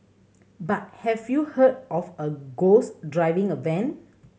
but have you heard of a ghost driving a van